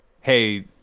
hey